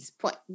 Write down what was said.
Point